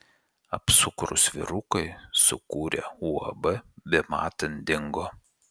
apsukrūs vyrukai sukūrę uab bematant dingo